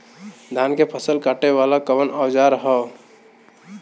धान के फसल कांटे वाला कवन औजार ह?